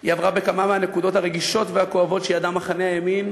היא עברה בכמה מהנקודות הרגישות והכואבות שידע מחנה הימין